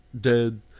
dead